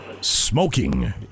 Smoking